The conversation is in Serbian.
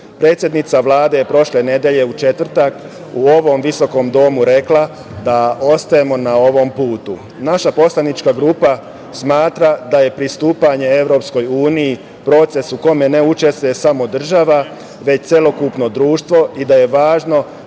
prioritet. Predsednica Vlade je prošle nedelje, u četvrtak u ovom visokom domu rekla da ostajemo na ovom putu. Naša poslanička grupa smatra da je pristupanje EU proces u kome ne učestvuje samo država već celokupno društvo i da je važno